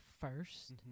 first